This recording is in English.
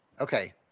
Okay